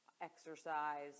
exercise